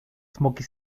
smoky